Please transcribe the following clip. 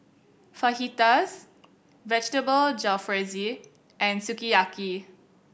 Fajitas Vegetable Jalfrezi and Sukiyaki